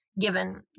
Given